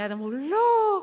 מייד אמרו: לא,